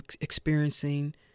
experiencing